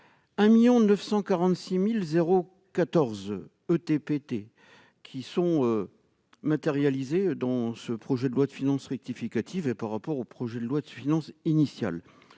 1 946 014 ETPT sont matérialisés dans ce projet de loi de finances rectificative, par rapport au projet de loi de finances initiale,